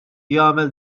jagħmel